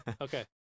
okay